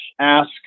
ask